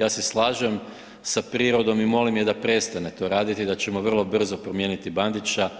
Ja se slažem sa prirodom i molim je da prestane to raditi i da ćemo vrlo brzo promijeniti Bandića,